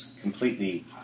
completely